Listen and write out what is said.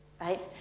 Right